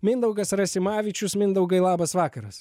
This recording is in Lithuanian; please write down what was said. mindaugas rasimavičius mindaugai labas vakaras